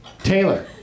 Taylor